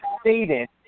stated